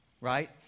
right